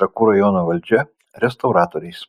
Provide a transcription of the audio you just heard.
trakų rajono valdžia restauratoriais